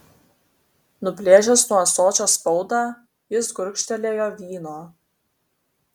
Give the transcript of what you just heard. nuplėšęs nuo ąsočio spaudą jis gurkštelėjo vyno